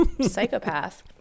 psychopath